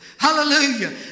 Hallelujah